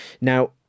Now